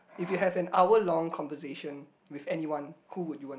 if you have an hour long conversation with anyone who would you want